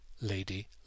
Lady